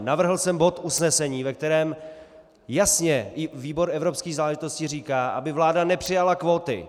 Navrhl jsem bod usnesení, ve kterém jasně i výbor evropských záležitostí říká, aby vláda nepřijala kvóty.